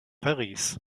paris